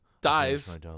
dies